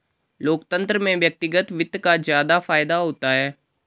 लोकतन्त्र में व्यक्तिगत वित्त का ज्यादा फायदा होता है